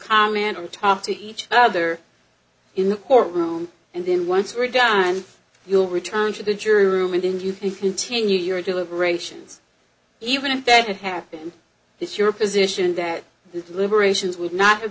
comment on top to each other in the courtroom and then once you're done you'll return to the jury room and you can continue your deliberations even if that happens it's your position that the deliberations would not have